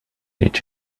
each